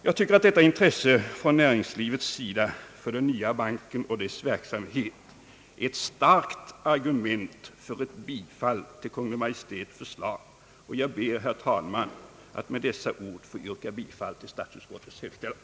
Jag tycker att detta intresse från näringslivets sida för den nya banken och dess verksamhet är ett starkt argument för bifall till Kungl. Maj:ts förslag och jag ber, herr talman, att med dessa ord få yrka bifall till statsutskottets hemställan.